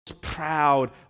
proud